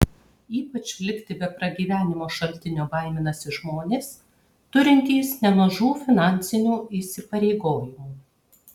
ypač likti be pragyvenimo šaltinio baiminasi žmonės turintys nemažų finansinių įsipareigojimų